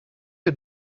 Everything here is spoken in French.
que